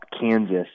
Kansas